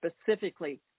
specifically